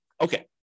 Okay